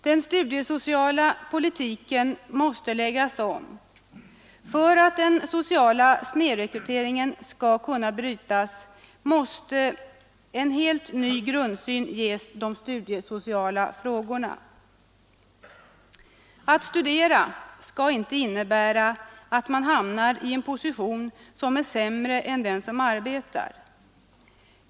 Den studiesociala politiken måste läggas om. För att den sociala snedrekryteringen skall kunna brytas måste en helt ny grundsyn prägla de studiesociala frågorna. Att studera skall inte innebära att man hamnar i en sämre position än den som arbetar.